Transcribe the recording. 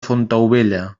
fontaubella